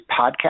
podcast